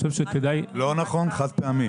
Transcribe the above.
לא נכון, זה חד-פעמי.